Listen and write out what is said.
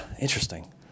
interesting